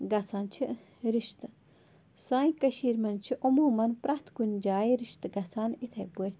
گژھان چھِ رِشتہٕ سانہِ کٔشیٖر منٛز چھِ عموٗمَن پرٮ۪تھ کُنہِ جایہِ رِشتہٕ گژھان یِتھے پٲٹھۍ